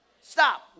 Stop